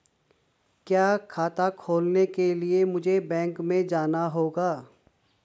क्या खाता खोलने के लिए मुझे बैंक में जाना होगा?